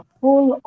full